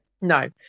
No